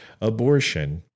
abortion